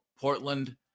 Portland